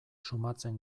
susmatzen